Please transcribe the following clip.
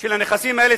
של הנכסים האלה,